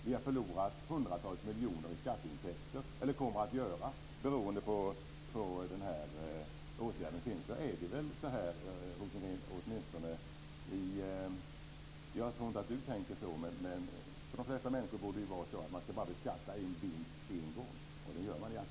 Vi har förlorat hundratals miljoner i skatteintäkter - eller kommer att göra - beroende på den här åtgärden. Sedan tror jag att det är så för de flesta människor, även om jag inte tror att Per Rosengren tänker så, att man bara skall beskatta en vinst en gång. Det gör man i aktiebolaget i det här sammanhanget.